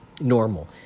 normal